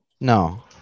No